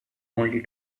only